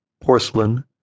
porcelain